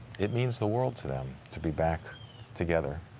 it means the world to them to be back together.